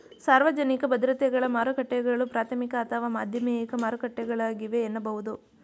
ಸಾರ್ವಜನಿಕ ಭದ್ರತೆಗಳ ಮಾರುಕಟ್ಟೆಗಳು ಪ್ರಾಥಮಿಕ ಅಥವಾ ಮಾಧ್ಯಮಿಕ ಮಾರುಕಟ್ಟೆಗಳಾಗಿವೆ ಎನ್ನಬಹುದು